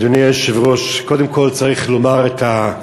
אדוני היושב-ראש, קודם כול, צריך לומר את העובדות.